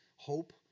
Hope